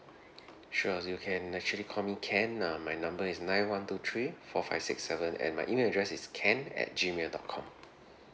sure you can actually call me ken uh my number is nine one two three four five six seven and my email address is ken at gmail dot com